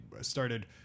started